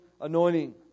anointing